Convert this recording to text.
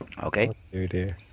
Okay